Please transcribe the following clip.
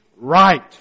right